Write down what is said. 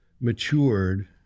matured